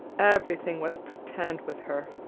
everything was pretend with her.